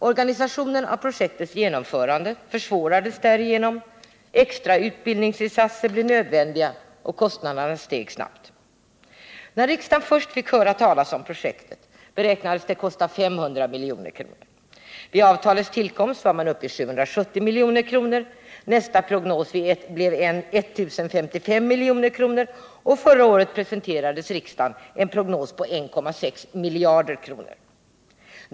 Organisationen av projektets genomförande försvårades därigenom, extra 145 utbildningsinsatser blev nödvändiga och kostnaderna steg snabbt. När riksdagen först fick höra talas om projektet beräknades det kosta 500 milj.kr. Vid avtalets tillkomst var man uppe i 770 milj.kr. Nästa prognos blev 1055 milj.kr., och förra året presenterades riksdagen en prognos på 1,6 miljarder.